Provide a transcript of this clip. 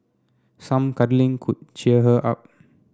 some cuddling could cheer her up